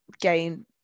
gain